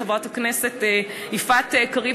חברת הכנסת יפעת קריב,